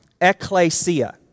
Ecclesia